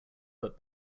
but